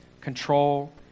control